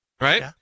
right